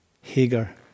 Hagar